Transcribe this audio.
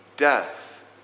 death